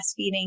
breastfeeding